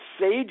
sage